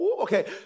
okay